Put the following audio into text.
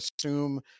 assume